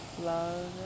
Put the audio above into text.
love